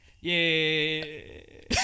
yay